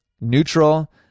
neutral